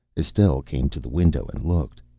estelle came to the window and looked.